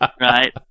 Right